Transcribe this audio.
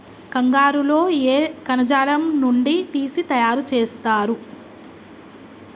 కంగారు లో ఏ కణజాలం నుండి తీసి తయారు చేస్తారు?